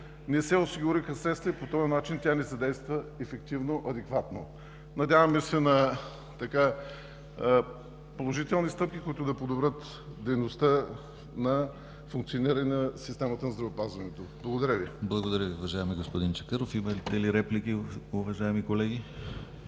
не се осигуриха средства и по този начин тя не се задейства ефективно, адекватно. Надяваме се на положителни стъпки, които да подобрят дейността на функциониране на системата на здравеопазването. Благодаря Ви. ПРЕДСЕДАТЕЛ ДИМИТЪР ГЛАВЧЕВ: Благодаря Ви, уважаеми господин Чакъров. Има ли реплики, уважаеми колеги?